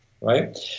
right